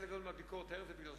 חלק גדול מן הביקורת היום היא בגללך,